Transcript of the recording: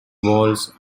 walls